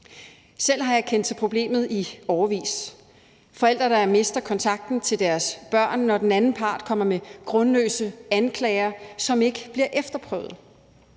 Selv har jeg kendt til problemet i årevis: Forældre, der mister kontakten til deres børn, når den anden part kommer med grundløse anklager, som ikke bliver efterprøvet;